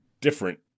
different